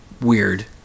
weird